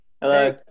hello